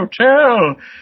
hotel